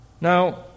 Now